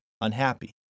unhappy